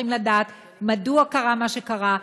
צריכים לדעת מדוע קרה מה שקרה,